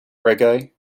reggae